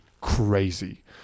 crazy